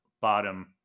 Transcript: bottom